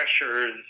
pressures